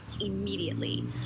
immediately